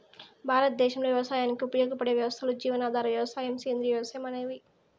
భారతదేశంలో వ్యవసాయానికి ఉపయోగపడే వ్యవస్థలు జీవనాధార వ్యవసాయం, సేంద్రీయ వ్యవసాయం అనేవి